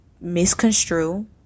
misconstrue